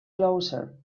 closer